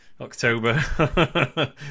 october